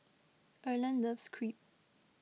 Erland loves Crepe